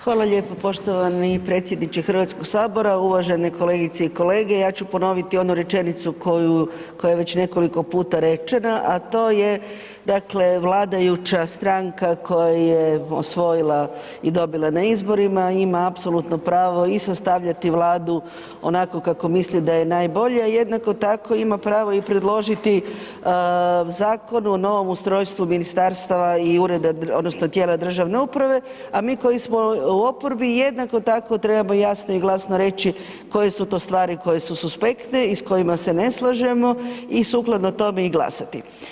Hvala lijepo poštovani predsjedniče Hrvatskog sabora, uvažene kolegice i kolege ja ću ponoviti onu rečenicu koja je već nekoliko puta rečena, a to je dakle vladajuća stranka koja je osvojila i dobila na izborima ima apsolutno pravo i sastavljati Vladu onako kako misli da je najbolje, a jednako tako ima pravo i predložiti zakon o novom ustrojstvu ministarstava i ureda odnosno tijela državne uprave, a mi koji smo u oporbi jednako tako treba jasno i glasno reći koje su to stvari koje su suspektne i s kojima se ne slažemo i sukladno tome i glasati.